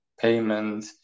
payment